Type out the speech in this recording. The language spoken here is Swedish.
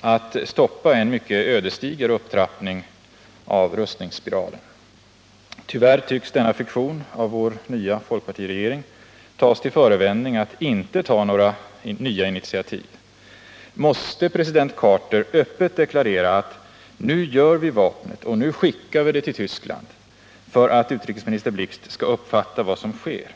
att stoppa en mycket ödesdiger upptrappning av rustningsgraden. Tyvärr tycks vår nya folkpartiregering ta denna fiktion som förevändning för att inte ta några nya initiativ. Måste president Carter öppet deklarera att USA skall tillverka vapnet och skicka det till Tyskland för att utrikesminister Blix skall uppfatta vad som sker?